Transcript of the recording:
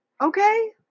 Okay